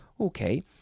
Okay